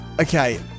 Okay